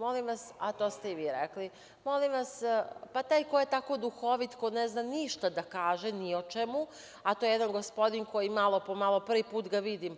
Molim vas, a to ste i vi rekli, molim vas, pa taj ko je tako duhovit ko ne zna ništa da kaže ni o čemu, a to je jedan gospodin, koji malo po malo, prvi put ga vidim